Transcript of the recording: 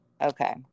Okay